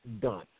done